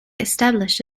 established